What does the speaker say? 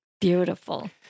Beautiful